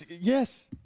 Yes